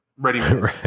Ready